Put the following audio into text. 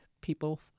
people